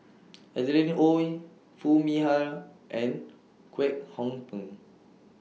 Adeline Ooi Foo Mee Har and Kwek Hong Png